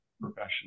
professional